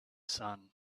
sun